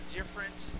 different